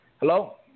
Hello